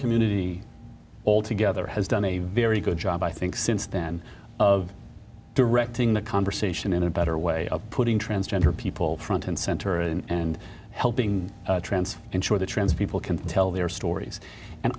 community all together has done a very good job i think since then of directing the conversation in a better way of putting transgender people front and center and helping transfer ensure the trans people can tell their stories and